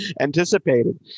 anticipated